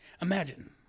Imagine